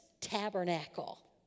tabernacle